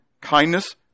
kindness